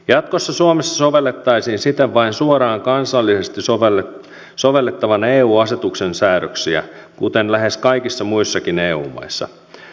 jatkossa suomessa sovellettaisiin siten vain suoraan kansallisesti sovellettavan eu asetuksen säädöksiä kuten lähes kaikissa muissakin eu maissa